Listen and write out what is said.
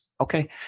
Okay